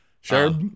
Sure